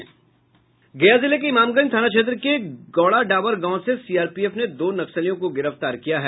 गया जिले के इमामगंज थाना क्षेत्र के गौराडाबर गांव से सीआरपीएफ ने दो नक्सलियों को गिरफ्तार किया है